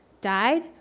died